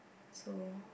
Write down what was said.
so